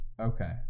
Okay